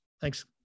Thanks